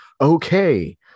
Okay